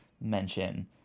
mention